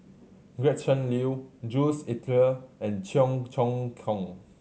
Gretchen Liu Jules Itier and Cheong Choong Kong